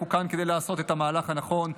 אנחנו כאן כדי לעשות את המהלך הנכון,